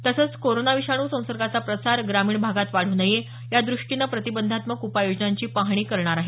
तसंच कोरोना विषाणू संसर्गाचा प्रसार ग्रामीण भागात वाढू नये याद्रष्टीनं प्रतिबंधात्मक उपाय योजनांची पाहणी करणार आहेत